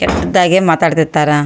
ಕೆಟ್ಟದ್ದಾಗೇ ಮಾತಾಡ್ತಿರ್ತಾರೆ